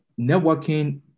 networking